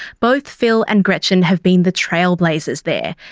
both phil and gretchen have been the trailblazers there,